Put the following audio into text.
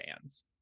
fans